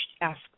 ask